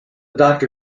doctor